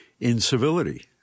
incivility